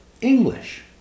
English